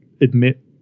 admit